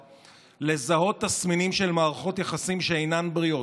לזהות תסמינים של מערכות יחסים שאינן בריאות,